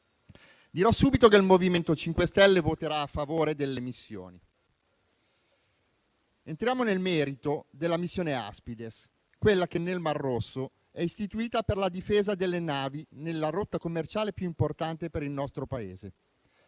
Dirò subito che il Movimento 5 Stelle voterà a favore delle missioni. Entriamo nel merito della missione Aspides, quella che nel Mar Rosso è istituita per la difesa delle navi nella rotta commerciale più importante per il nostro Paese.